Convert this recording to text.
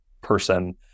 person